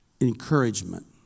encouragement